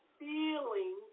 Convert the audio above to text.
feeling